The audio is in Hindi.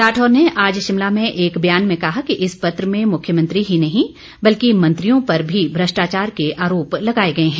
राठौर ने आज शिमला में एक बयान में कहा कि इस पत्र में मुख्यमंत्री ही नहीं बल्कि मंत्रियों पर भी भ्रष्टाचार के आरोप लगाए गए हैं